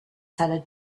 seller